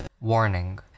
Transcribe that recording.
Warning